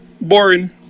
Boring